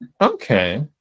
Okay